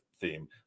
theme